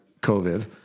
COVID